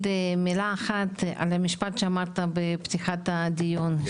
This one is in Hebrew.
מילה אחת על המשפט שאמרת בפתיחת הדיון,